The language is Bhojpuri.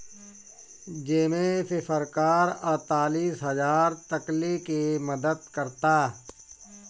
जेमे से सरकार अड़तालीस हजार तकले के मदद करता